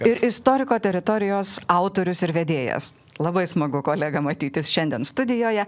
ir istoriko teritorijos autorius ir vedėjas labai smagu kolega matytis šiandien studijoje